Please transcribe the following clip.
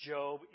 Job